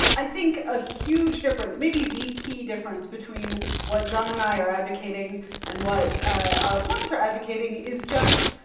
i think a huge difference, maybe the key difference between what john and i are advocating and what ah our opponents are advocating is that just,